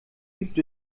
gibt